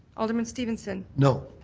alderman stevenson? no.